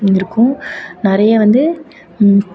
இருக்கும் நிறைய வந்து